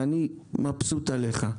ואני מבסוט עליך.